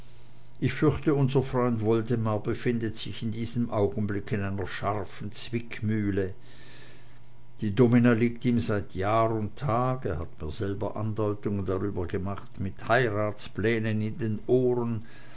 ich fürchte unser freund woldemar befindet sich in diesem augenblick in einer scharfen zwickmühle die domina liegt ihm seit jahr und tag er hat mir selber andeutungen darüber gemacht mit heiratsplänen in den ohren